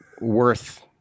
worth